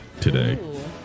today